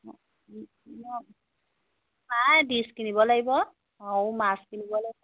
নাই ডিচ কিনিব লাগিব আৰু মাছ কিনিব লাগিব